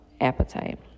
appetite